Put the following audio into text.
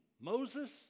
Moses